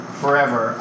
forever